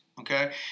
okay